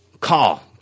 call